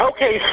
Okay